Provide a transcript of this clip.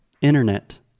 Internet